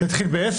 זה התחיל ב-10,